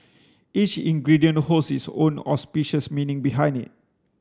each ingredient holds its own auspicious meaning behind it